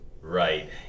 right